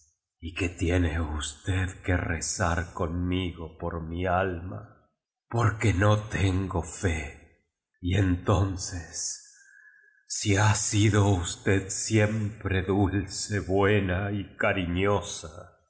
y que tiene usted que rezar conmigo por mí alma porque no tengo fe y entonces si ha sido usted siempre dulce buena y